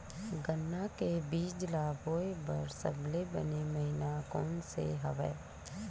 गन्ना के बीज ल बोय बर सबले बने महिना कोन से हवय?